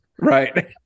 right